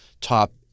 top